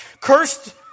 Cursed